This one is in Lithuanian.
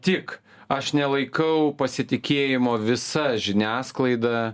tik aš nelaikau pasitikėjimo visa žiniasklaida